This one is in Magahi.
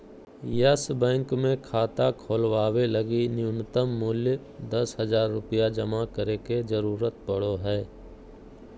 यस बैंक मे खाता खोलवावे लगी नुय्तम मूल्य दस हज़ार रुपया जमा करे के जरूरत पड़ो हय